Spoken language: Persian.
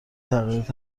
تغییرات